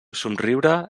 somriure